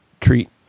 treat